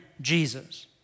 Jesus